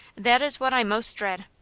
that is what i most dread.